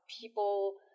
people